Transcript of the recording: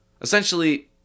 Essentially